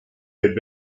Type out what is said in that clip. had